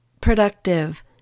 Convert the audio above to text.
productive